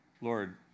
Lord